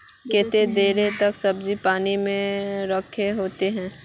केते देर तक बीज पानी में रखे होते हैं?